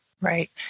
Right